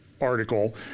article